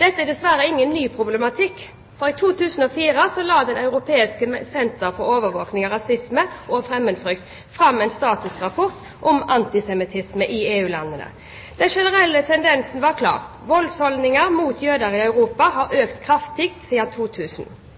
Dette er dessverre ingen ny problematikk, for i 2004 la Det europeiske senter for overvåking av rasisme og fremmedfrykt fram en statusrapport om antisemittisme i EU-landene, og den generelle tendensen var klar: Voldsholdninger overfor jøder i Europa har